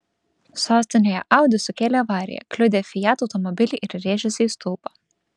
sostinėje audi sukėlė avariją kliudė fiat automobilį ir rėžėsi į stulpą